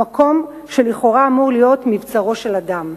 המקום שלכאורה אמור להיות מבצרו של אדם.